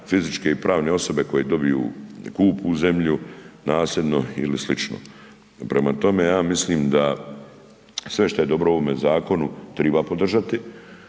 fizičke i pravne osobe koje dobiju, kupu zemlju, nasljedno i sl. Prema tome, ja mislim da sve šta je dobro u ovome zakonu triba podržati